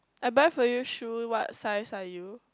I buy for you shoe what size are you